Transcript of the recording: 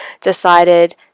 decided